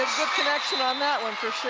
connection on that one for